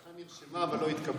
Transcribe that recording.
הצעתך נרשמה אבל לא התקבלה.